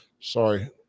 Sorry